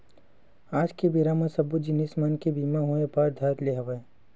आज के बेरा म सब्बो जिनिस मन के बीमा होय बर धर ले हवय